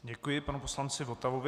Děkuji panu poslanci Votavovi.